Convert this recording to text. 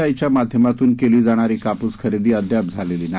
आयच्या माध्यमातून केली जाणारी कापूस खरेदी अद्याप झालेली नाही